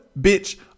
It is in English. Bitch